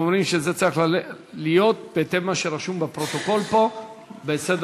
ואומרים שזה צריך להיות בהתאם למה שרשום בפרוטוקול פה בסדר-היום,